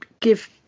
give